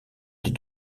des